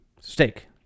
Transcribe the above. steak